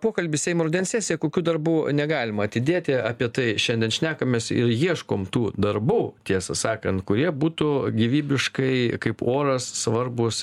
pokalbį seimo rudens sesija kokių darbų negalima atidėti apie tai šiandien šnekamės ir ieškom tų darbų tiesą sakant kurie būtų gyvybiškai kaip oras svarbūs